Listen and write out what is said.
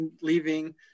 leaving –